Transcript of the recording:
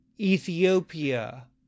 Ethiopia